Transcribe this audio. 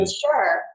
sure